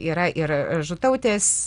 yra ir žutautės